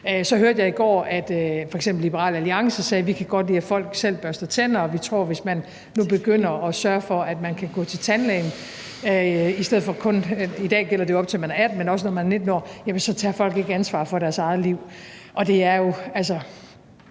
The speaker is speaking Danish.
Så hørte jeg i går, at f.eks. Liberal Alliance sagde, at de godt kan lide, at folk selv børster tænder, og de tror, at hvis vi nu begynder at sørge for, at man kan gå til tandlæge – i dag gælder det jo, op til man er 18 år – til man er 19 år, så tager folk ikke ansvar for deres eget liv. Det er en meget